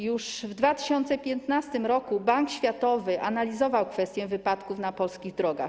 Już w 2015 r. Bank Światowy analizował kwestię wypadków na polskich drogach.